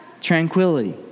tranquility